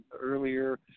earlier